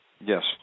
Yes